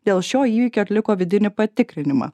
dėl šio įvykio atliko vidinį patikrinimą